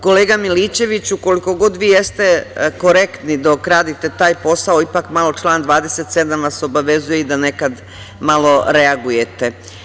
Kolega Milićeviću, koliko god vi jeste korektni dok radite taj posao, ipak malo član 27. vas obavezuje i da nekad malo reagujete.